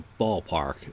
ballpark